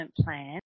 plan